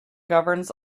governs